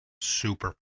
Super